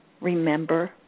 remember